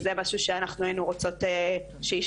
וזה משהו שאנחנו היינו רוצות שישתנה.